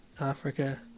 Africa